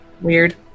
weird